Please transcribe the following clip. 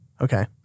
Okay